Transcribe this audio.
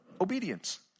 obedience